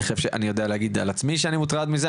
אני חושב ואני יודע להגיד על עצמי שאני מוטרד מזה,